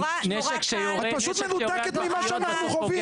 את פשוט מנותקת ממה שאנחנו חווים.